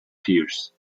tears